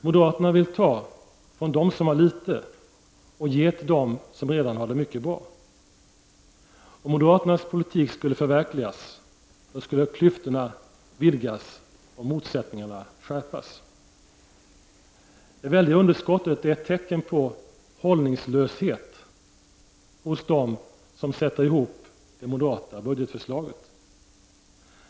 Moderaterna vill ta från dem som har litet och ge till dem som redan har det mycket bra. Om moderaternas politik skulle förverkligas, då skulle klyftorna vidgas och motsättningarna skärpas. Det väldiga underskottet är ett tecken på hållningslöshet hos dem som sätter ihop det moderata budgetförslaget.